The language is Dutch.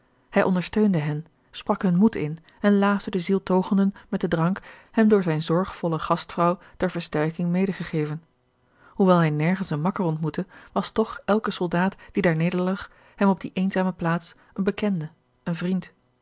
bij ondersteunde hen sprak hun moed in en laafde de zieltogenden met den drank hem door zijne zorgvolle gastvrouw ter versterking medegegeven hoewel hij nergens een makker ontmoette was toch elke soldaat die daar nederlag hem op die eenzame plaats een bekende een vriend